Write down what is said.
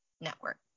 Network